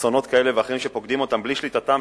אסונות כאלה ואחרים שפוקדים אותם בלי שליטתם,